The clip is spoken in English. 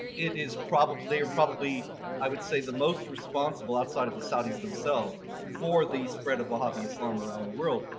it is probably or probably i would say the most responsible outside of the saudis themselves for the spread of wahhabi islam around the world.